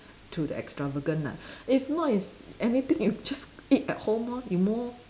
to the extravagant lah if not is anything you just eat at home lor you more